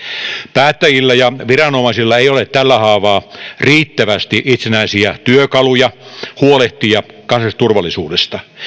päättäjillä ja viranomaisilla ei ole tällä haavaa riittävästi itsenäisiä työkaluja huolehtia kansallisesta turvallisuudesta